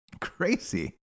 Crazy